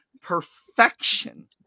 perfection